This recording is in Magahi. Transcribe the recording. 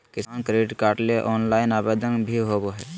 किसान क्रेडिट कार्ड ले ऑनलाइन आवेदन भी होबय हय